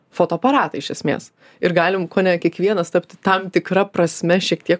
fotoaparatą iš esmės ir galim kone kiekvienas tapti tam tikra prasme šiek tiek